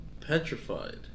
petrified